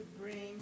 bring